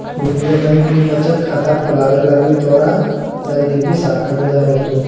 Indian bank में बचत खाता खोलावे लगी तोरा नजदीकी शाखा में जाय होतो